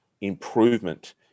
improvement